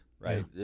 right